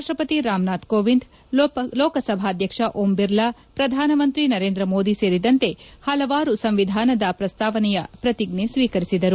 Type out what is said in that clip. ರಾಷ್ಟ್ರಪತಿ ರಾಮನಾಥ್ ಕೋವಿಂದ್ ಲೋಕಸಭಾಧ್ಯಕ್ಷ ಓಂ ಬಿರ್ಲಾ ಪ್ರಧಾನಮಂತ್ರಿ ನರೇಂದ್ರ ಮೋದಿ ಸೇರಿದಂತೆ ಹಲವಾರು ಸಂವಿಧಾನದ ಪ್ರಸ್ತಾವನೆಯ ಪ್ರತಿಜ್ಞೆ ಸ್ವೀಕರಿಸಿದರು